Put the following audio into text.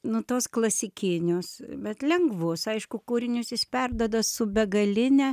nu tuos klasikinius bet lengvus aišku kūrinius jis perduoda su begaline